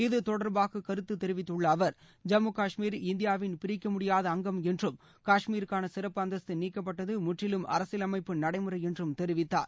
இது தொடர்பாக கருத்துத் தெரிவித்துள்ள அவர் ஜம்மு காஷ்மீரஇந்தியாவின் பிரிக்கமுடியாத அங்கம் என்றும் காஷ்மீருக்கான சிறப்பு அந்தஸ்து நீக்கப்பட்டது முற்றிலும் அரசியலமைப்பு நடைமுறை என்றும் தெரிவித்தார்